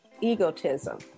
egotism